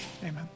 Amen